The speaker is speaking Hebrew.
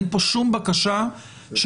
אין פה שום בקשה שתוותרו.